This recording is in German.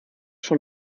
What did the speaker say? schon